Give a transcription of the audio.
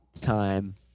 time